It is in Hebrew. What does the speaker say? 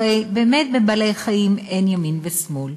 הרי באמת בבעלי-חיים אין ימין ושמאל,